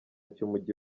cy’umujyi